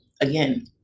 again